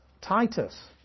Titus